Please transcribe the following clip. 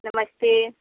नमस्ते